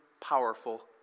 powerful